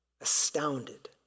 astounded